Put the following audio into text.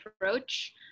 approach